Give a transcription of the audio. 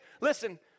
listen